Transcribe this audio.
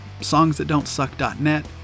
songsthatdontsuck.net